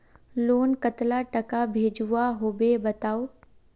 Loan कतला टाका भेजुआ होबे बताउ?